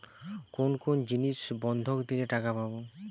কোন কোন জিনিস বন্ধক দিলে টাকা পাব?